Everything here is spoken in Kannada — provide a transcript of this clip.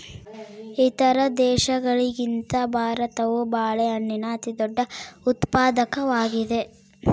ಇತರ ದೇಶಗಳಿಗಿಂತ ಭಾರತವು ಬಾಳೆಹಣ್ಣಿನ ಅತಿದೊಡ್ಡ ಉತ್ಪಾದಕವಾಗಿದೆ